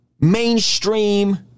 mainstream